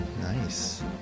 nice